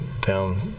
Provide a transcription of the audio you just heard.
down